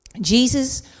Jesus